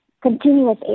continuous